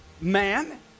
man